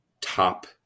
top